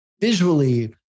visually